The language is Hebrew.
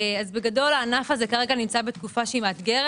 בגדול הענף הזה נמצא בתקופה מאתגרת.